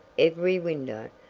every window,